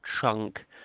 chunk